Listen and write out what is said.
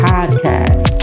Podcast